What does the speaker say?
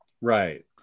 Right